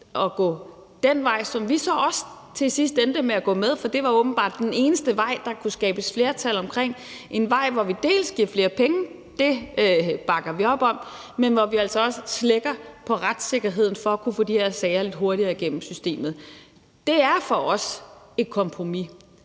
at gå den vej, som vi så også til sidst endte med at gå med på, fordi det åbenbart var den eneste vej, der kunne skabes flertal omkring. Det er en vej, hvor vi giver flere penge, og det bakker vi op om, men hvor vi altså også slækker på retssikkerheden for at kunne få de her sager lidt hurtigere igennem systemet. Det er for os et kompromis.